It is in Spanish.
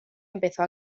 empezó